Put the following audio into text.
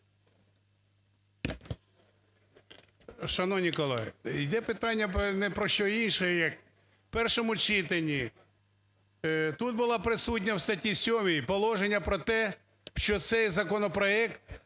Шановні колеги, йде питання не про що інше, як в першому читанні тут було присутнє в статті 7 положення про те, що цей законопроект